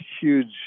huge